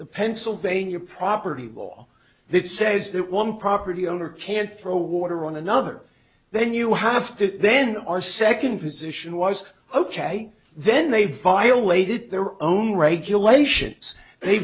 the pennsylvania property law that says that one property owner can't throw water on another then you have to then our second position was ok then they violated their own regulations they